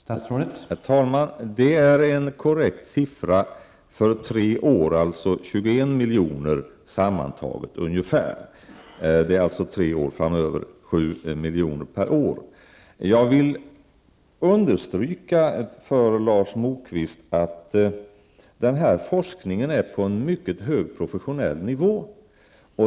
Herr talman! Det är en korrekt uppgift räknat på årsbasis. Det blir under de tre åren framöver sammanlagt 21 milj.kr. Jag vill understryka för Lars Moquist att den här forskningen är på en mycket hög professionell nivå.